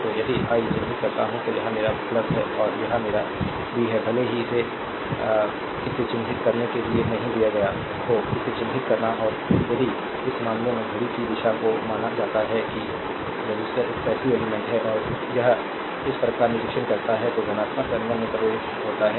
तो यदि आई चिह्नित करता हूं तो यह मेरा है और यह मेरा भी है भले ही इसे इसे चिह्नित करने के लिए नहीं दिया गया हो इसे चिन्हित करना है और यदि इस मामले में घड़ी की दिशा को माना जाता है कि रिसिस्टर एक पैसिव एलिमेंट्स है और यह इस प्रकार निरीक्षण करता है तो धनात्मक टर्मिनल में प्रवेश होता है